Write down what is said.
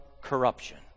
corruption